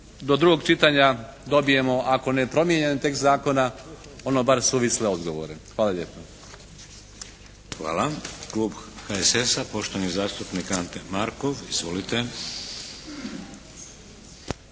do drugog čitanja dobijemo ako ne promijenjen tekst zakona ono bar suvisle odgovore. Hvala lijepo. **Šeks, Vladimir (HDZ)** Hvala. Klub HSS-a poštovani zastupnik Ante Markov. Izvolite.